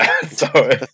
Sorry